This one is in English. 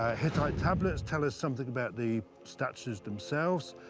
hittite tablets tell us something about the statues themselves.